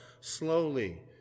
slowly